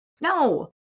No